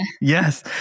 Yes